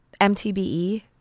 MTBE